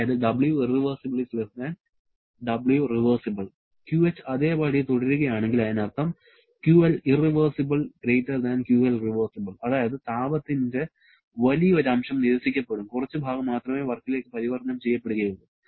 അതായത് QH അതേപടി തുടരുകയാണെങ്കിൽ അതിനർത്ഥം അതായത് താപത്തിന്റെ വലിയ ഒരു അംശം നിരസിക്കപ്പെടും കുറച്ചു ഭാഗം മാത്രമേ വർക്കിലേക്ക് പരിവർത്തനം ചെയ്യപ്പെടുകയുള്ളൂ